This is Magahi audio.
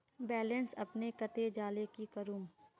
बैलेंस अपने कते जाले की करूम?